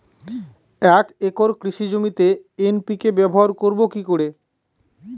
এক একর কৃষি জমিতে এন.পি.কে ব্যবহার করব কি করে?